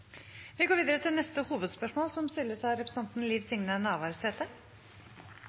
Vi går videre til neste hovedspørsmål.